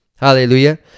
Hallelujah